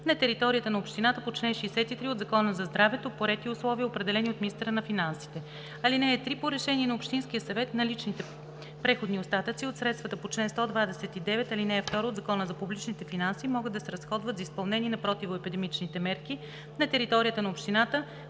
на територията на общината по чл. 63 от Закона за здравето по ред и условия, определени от министъра на финансите. (3) По решение на общинския съвет наличните преходни остатъци от средства по чл. 129, ал. 2 от Закона за публичните финанси могат да се разходват за изпълнение на противоепидемичните мерки на територията на общината